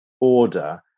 order